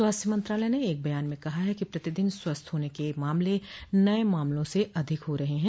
स्वास्थ्य मंत्रालय ने एक बयान में कहा है कि प्रतिदिन स्वस्थ होने के मामले नए मामलों से अधिक हो रहे ह